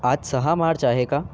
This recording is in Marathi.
आज सहा मार्च आहे का